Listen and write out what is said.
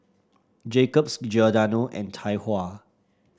Jacob's Giordano and Tai Hua